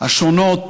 השונות